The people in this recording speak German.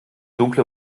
dunkle